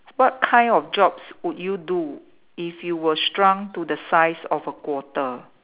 what kind of jobs would you do if you were shrunk to the size of a quarter